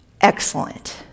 excellent